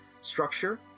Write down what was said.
structure